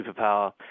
superpower